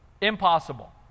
Impossible